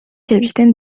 capitaine